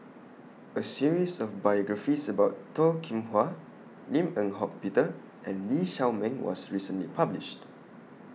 A series of biographies about Toh Kim Hwa Lim Eng Hock Peter and Lee Shao Meng was recently published